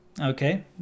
okay